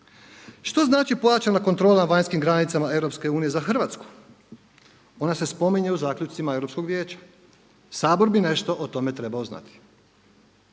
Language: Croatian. Što znači pojačana kontrola na vanjskim granicama EU za Hrvatsku? Ona se spominje u zaključcima Europskog vijeća. Sabor bi nešto o tome trebao znati.